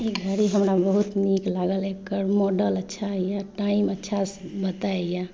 ई घड़ी हमरा बहुत निक लागल एकर मॉडल अच्छा यऽ टाइम अच्छासँ बतैए